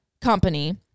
company